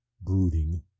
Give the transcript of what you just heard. brooding